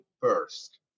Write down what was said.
first